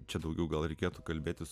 čia daugiau gal reikėtų kalbėtis